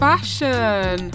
Fashion